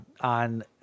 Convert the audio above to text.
on